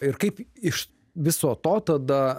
ir kaip iš viso to tada